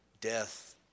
death